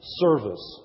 service